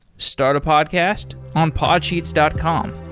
start a podcast on podsheets dot com